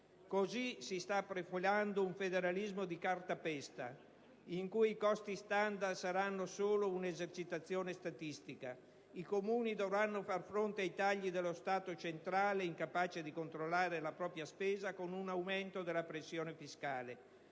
Così si sta profilando un federalismo di cartapesta in cui i costi *standard* saranno solo una esercitazione statistica; i Comuni dovranno far fronte ai tagli dello Stato centrale incapace di controllare la propria spesa con un aumento della pressione fiscale;